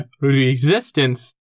resistance